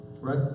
Right